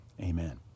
amen